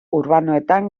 urbanoetan